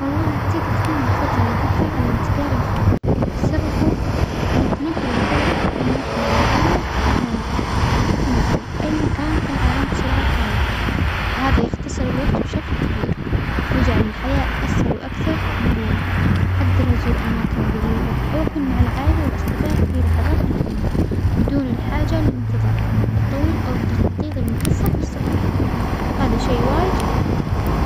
والله أعتجد إنى أفظل الجدرة على الإنتجال الفورى، السبب هو أن التنجل الفورى يمنحنى حرية هايلة في التنجل لإى مكان في العالم بسرعة فايجة، وهذا يختصر الوجت بشكل كبير ويجعل الحياة أسهل وأكثر مرونة، أجدر أزور أماكن بعيدة أو أكون مع العائلة والأصدجاء في لحظات مهمة بدون الحاجة للإنتظار الطويل أو التخطيط المكثف للسفر وهذا شيء وايد حلو.